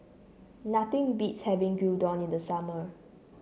nothing beats having Gyudon in the summer